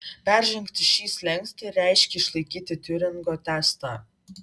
peržengti šį slenkstį ir reiškė išlaikyti tiuringo testą